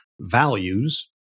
values